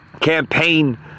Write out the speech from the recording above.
campaign